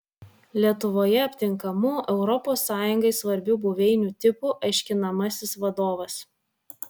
lietuvoje aptinkamų europos sąjungai svarbių buveinių tipų aiškinamasis vadovas